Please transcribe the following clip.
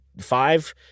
five